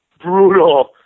brutal